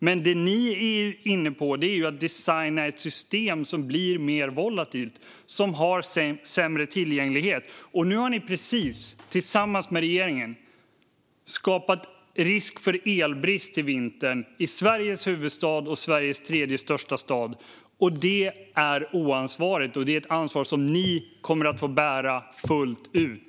Men det ni är inne på är att designa ett system som blir mer volatilt och som har sämre tillgänglighet. Nu har ni just tillsammans med regeringen skapat risk för elbrist till vintern i Sveriges huvudstad och i Sveriges tredje största stad. Det är oansvarigt, och det är ett ansvar som ni kommer att få bära fullt ut.